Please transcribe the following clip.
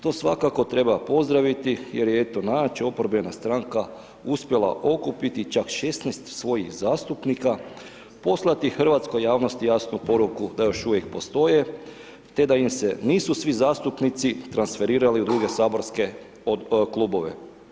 To svakako treba pozdraviti jer je eto najjača oporbena stranka uspjela okupiti čak 16 svojih zastupnika, poslati hrvatskoj javnosti jasnu poruku da još uvijek postoje te da im se nisu svi zastupnici transferirali u druge saborske klubove.